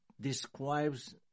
Describes